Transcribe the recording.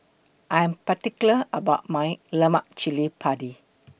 I Am particular about My Lemak Cili Padi